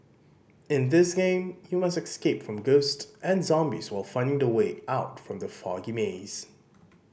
in this game you must escape from ghost and zombies while finding the way out from the foggy maze